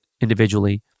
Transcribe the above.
individually